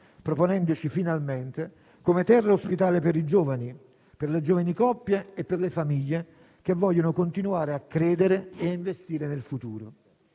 proponendoci finalmente come terra ospitale per i giovani, per le giovani coppie e per le famiglie che vogliono continuare a credere e a investire nel futuro.